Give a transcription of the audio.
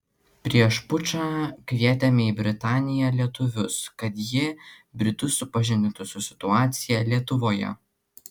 prieš pučą kvietėme į britaniją lietuvius kad jie britus supažindintų su situacija lietuvoje